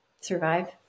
survive